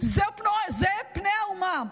אלה פני האומה.